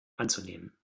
anzunehmen